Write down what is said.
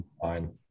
Fine